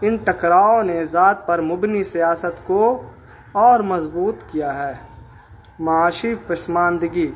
ان ٹکراؤں نے ذات پر مبنی سیاست کو اور مضبوط کیا ہے معاشی پسماندگی